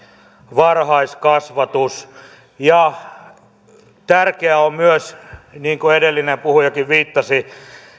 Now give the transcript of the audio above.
varhaiskasvatus ja tärkeää on myös mihin edellinenkin puhuja viittasi